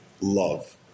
love